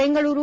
Bengaluru